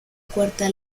cuarta